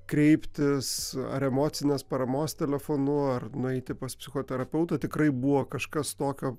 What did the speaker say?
kreiptis ar emocinės paramos telefonu ar nueiti pas psichoterapeutą tikrai buvo kažkas tokio